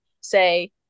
say